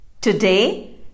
Today